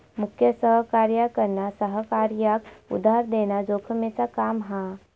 मुख्य सहकार्याकडना सहकार्याक उधार देना जोखमेचा काम हा